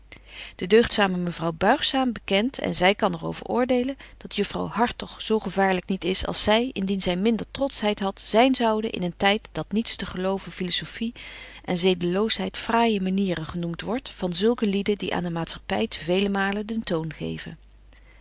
de deugdzame mevrouw buigzaam bekent en zy kan er over oordelen dat juffrouw hartog zo gevaarlyk niet is als zy indien zy minder trotschheid hadt zyn zoude in een tyd dat niets te geloven philosophie en zedenloosheid fraaije manieren genoemt wordt van zulke lieden die aan de maatschappy te veel malen den toon geven